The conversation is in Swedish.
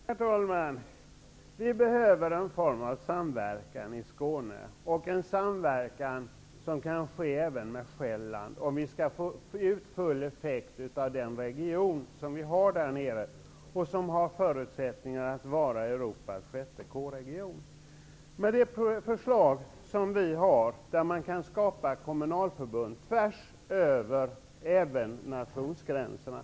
Herr talman! Vi behöver en form av samverkan i Skåne, en samverkan som kan ske även med Sjælland, om vi skall få ut full effekt av den region där nere som har förutsättningar att vara Europas sjätte K-region. Med det förslag som vi har kan man skapa kommunalförbund även tvärs över nationsgränserna.